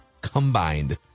combined